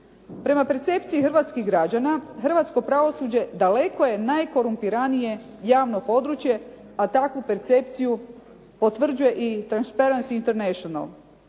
Prema percepciji hrvatskih građana, hrvatsko pravosuđe daleko je najkorumpiranije javno područje, a takvu percepciju potvrđuje i Transparents International.